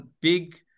big